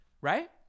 right